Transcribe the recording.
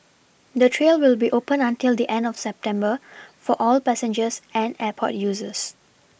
the trail will be open until the end of September for all passengers and airport users